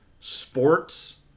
Sports